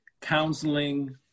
counseling